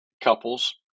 couples